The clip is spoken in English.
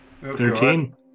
Thirteen